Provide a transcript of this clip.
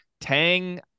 Tang